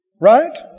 Right